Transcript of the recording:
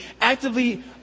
actively